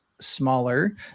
smaller